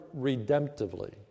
redemptively